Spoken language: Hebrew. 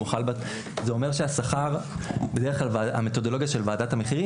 זה אומר שהשכר בדרך בכלל המתודולוגיה של ועדת המחירים